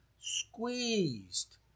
squeezed